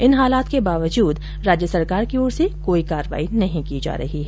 इन हालातों के बावजूद राज्य सरकार की ओर से कोई कार्रवाई नहीं की जा रही है